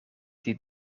die